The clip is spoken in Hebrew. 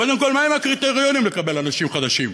קודם כול, מה הקריטריונים לקבלת אנשים חדשים?